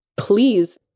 please